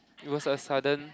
it was a sudden